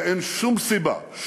ואין שום סיבה,